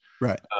Right